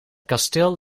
kasteel